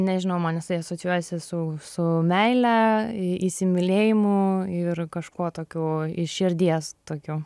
nežinau man jisai asocijuojasi su su meile įsimylėjimu ir kažkuo tokiu iš širdies tokiu